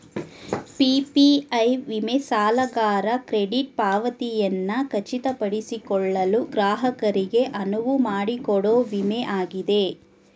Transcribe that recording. PPI ವಿಮೆ ಸಾಲಗಾರ credit ಪಾವತಿಯನ್ನ ಖಚಿತಪಡಿಸಿಕೊಳ್ಳಲು ಗ್ರಾಹಕರಿಗೆ ಅನುವುಮಾಡಿಕೊಡೊ ವಿಮೆ ಆಗಿದೆ